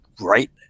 right